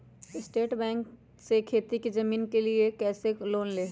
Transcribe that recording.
State bank से खेती की जमीन के लिए कैसे लोन ले?